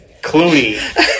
Clooney